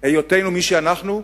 היותנו מי שאנחנו,